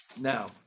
Now